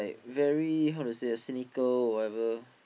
very how to say ah cynical or whatever